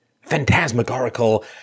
Phantasmagorical